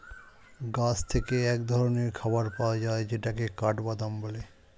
গাছ থেকে এক ধরনের খাবার পাওয়া যায় যেটাকে কাঠবাদাম বলে